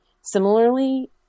similarly